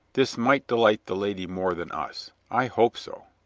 this might delight the lady more than us. i hope so.